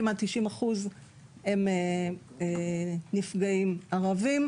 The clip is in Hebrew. כמעט 90% הם נפגעים ערבים.